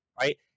Right